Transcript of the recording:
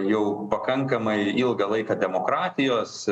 jau pakankamai ilgą laiką demokratijos